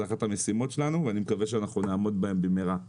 זאת אחת המשימות שלנו ואני מקווה שאנחנו נעמוד בהן במהרה.